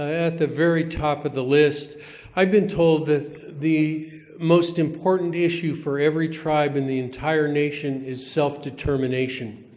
ah at the very top of the list i've been told that the most important issue for every tribe in the entire nation is self-determination,